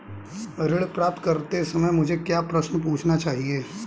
ऋण प्राप्त करते समय मुझे क्या प्रश्न पूछने चाहिए?